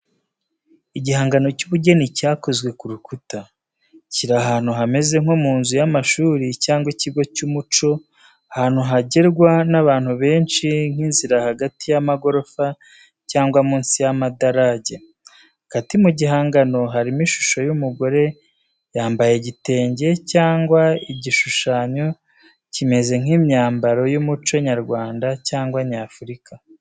Igihangano cy’ubugeni cyakozwe ku rukuta, kiri ahantu hameze nko mu nzu y’amashuri cyangwa ikigo cy’umuco, ahantu hagerwa n’abantu benshi nk’inzira hagati y’amagorofa cyangwa munsi y’amadarajye. Hagati mu gihangano harimo ishusho y’umugore yambaye igitenge cyangwa igishushanyo kimeze nk’imyambaro y’umuco nyarwanda cyangwa nyafurika.